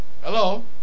Hello